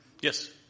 Yes